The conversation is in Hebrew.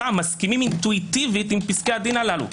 מסכימים אינטואיטיבית עם פסקי הדין הללו.